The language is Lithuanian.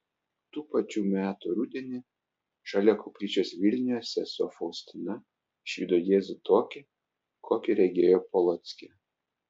tų pačių metų rudenį šalia koplyčios vilniuje sesuo faustina išvydo jėzų tokį kokį regėjo polocke